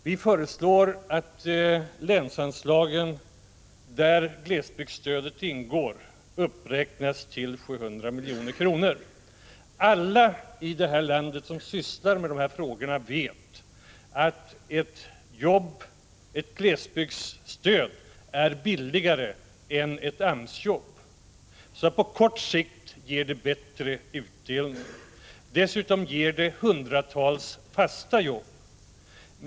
Vi föreslår i centerpartiet att länsanslagen, där glesbygdsstödet ingår, uppräknas till 750 milj.kr. Alla i detta land som sysslar med dessa frågor vet att glesbygdsstöd är billigare än AMS-jobb. På kort sikt ger det alltså flera jobb, och dessutom ger det långsiktigt hundratals fasta jobb.